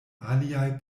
aliaj